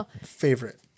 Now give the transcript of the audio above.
favorite